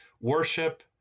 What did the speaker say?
worship